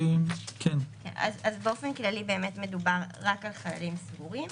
אז באופן כללי באמת מדובר רק על חללים סגורים,